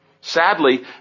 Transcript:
Sadly